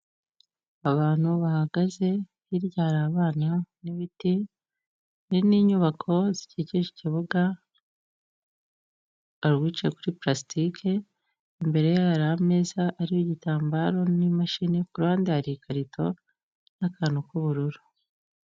Abantu bahagaze, hiryara abana n'ibiti hari n'inyubako zikikije ikibuga, hari uwicaye kuri purasitike, imbere y'ameza hari igitambaro n'imashini ku ruhande hari ikarito n'akantu k'ubururu.